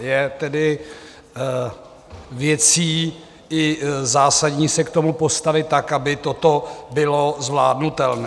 Je tedy věcí, i zásadní, se k tomu postavit tak, aby toto bylo zvládnutelné.